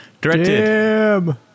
Directed